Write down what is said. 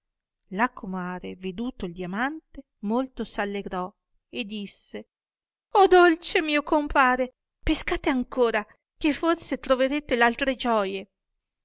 la comare veduto il diamante molto s'allegrò e disse dolce mio compare pescate ancora che forse troverete l'altre gioie